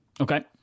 Okay